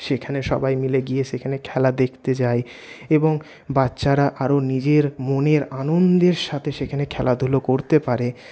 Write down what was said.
সেখানে সবাই মিলে গিয়ে সেখানে খেলা দেখতে যায় এবং বাচ্চারা আরও নিজের মনের আনন্দের সাথে সেখানে খেলাধুলো করতে পারে